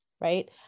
right